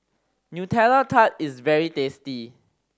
Nutella Tart is very tasty